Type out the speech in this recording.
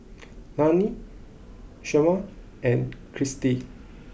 Lanny Shemar and Kristy